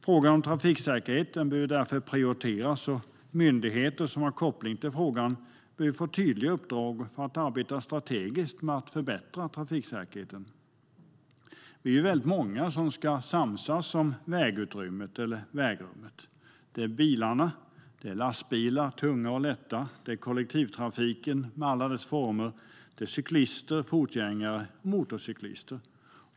Frågan om trafiksäkerheten behöver därför prioriteras, och myndigheter som har koppling till frågan behöver få tydliga uppdrag att arbeta strategiskt med att förbättra trafiksäkerheten. Vi är väldigt många som ska samsas om vägutrymmet eller vägrummet: bilarna, de tunga och lätta lastbilarna, kollektivtrafiken i alla dess former, cyklisterna, fotgängarna och motorcyklisterna.